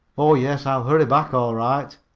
oh, yes, i'll hurry back all right!